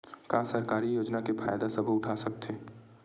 का सरकारी योजना के फ़ायदा सबो उठा सकथे?